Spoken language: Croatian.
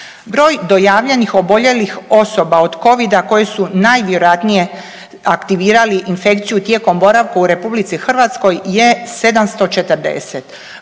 Broj dojavljenih oboljelih osoba od Covida koji su najvjerojatnije aktivirali infekciju tijekom boravka u Republici Hrvatskoj je 740.